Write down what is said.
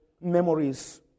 memories